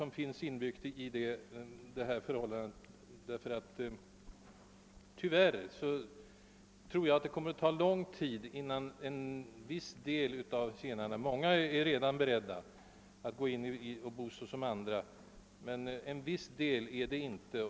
Jag tror nämligen tyvärr att det kommer att ta lång tid, innan en del av zigenarna är beredda att bo som vi andra gör. Många är redan beredda att göra det, men en viss del är det inte.